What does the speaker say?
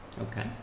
Okay